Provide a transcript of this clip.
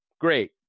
great